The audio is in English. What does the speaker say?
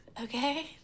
Okay